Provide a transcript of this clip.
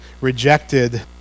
rejected